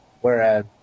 whereas